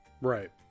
Right